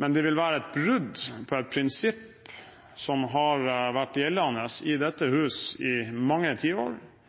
men det vil være et brudd på et prinsipp som har vært gjeldende i dette hus i mange tiår,